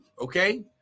okay